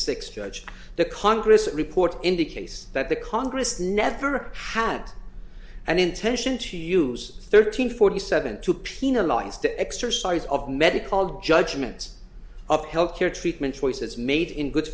six judge the congress report indicates that the congress never had an intention to use thirteen forty seven to penalize the exercise of medical of judgments of health care treatment choices made in good